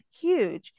huge